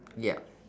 yup